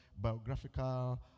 biographical